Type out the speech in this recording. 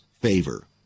favor